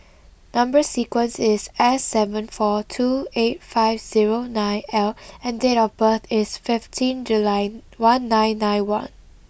number sequence is S seven four two eight five zero nine L and date of birth is fifteen July one nine nine one